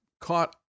caught